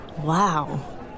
Wow